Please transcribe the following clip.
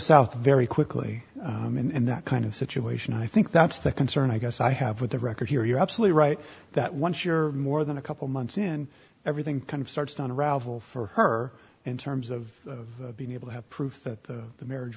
south very quickly and that kind of situation i think that's the concern i guess i have with the record here you're absolutely right that once you're more than a couple months in everything kind of starts to unravel for her in terms of being able to have proof that the marriage